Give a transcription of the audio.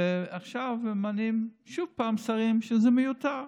ועכשיו ממנים שוב שרים, שזה מיותר.